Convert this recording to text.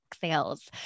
sales